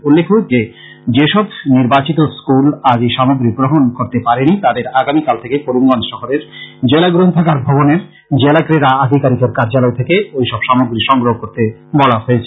উল্লেখ্য যে সব নির্বাচিত স্কুল আজ এই সামগ্রী সংগ্রহ করতে পারে নি তাদের আগামীকাল থেকে করিমগঞ্জ শহরের জেলা গ্রন্থাগার ভবণের জেলা ক্রীড়া আধিকারিকের কার্যালয় থেকে ওই সব সামগ্রী সংগ্রহ করতে বলা হয়েছে